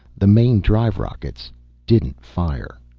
the main drive rockets didn't fire.